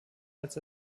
als